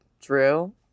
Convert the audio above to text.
Drew